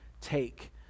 take